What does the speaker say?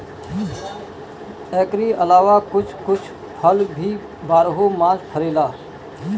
एकरी अलावा कुछ कुछ फल भी बारहो मास फरेला